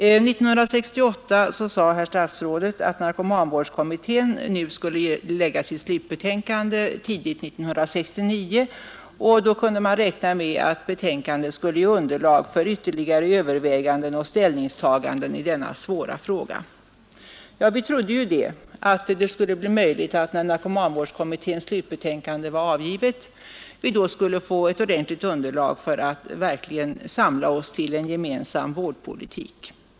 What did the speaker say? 1968 sade herr statsrådet att narkomanvårdskommittén skulle lägga fram sitt slutbetänkande tidigt 1969 och att man kunde räkna med att det skulle ge underlag för ytterligare överväganden och ställningstaganden i denna svåra fråga. Ja, vi trodde ju att det skulle bli möjligt och att vi när narkomanvårdskommitténs slutbetänkande var avgivet skulle få ett ordentligt underlag för att verkligen samla oss till en gemensam vårdpolitik.